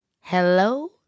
Hello